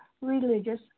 religious